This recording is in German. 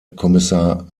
kommissar